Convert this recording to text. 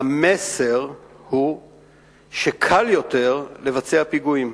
המסר הוא שקל יותר לבצע פיגועים,